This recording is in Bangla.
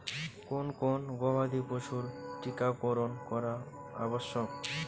কোন কোন গবাদি পশুর টীকা করন করা আবশ্যক?